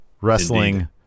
Wrestling